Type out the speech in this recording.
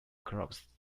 close